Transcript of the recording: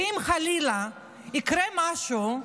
שאם חלילה יקרה משהו,